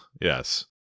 yes